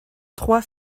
trois